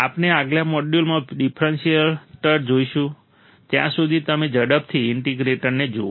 આપણે આગલા મોડ્યુલમાં ડિફરન્શિએટર જોઈશું ત્યાં સુધી તમે ઝડપથી ઈન્ટિગ્રેટરને જુઓ